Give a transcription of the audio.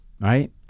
Right